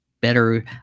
better